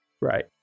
Right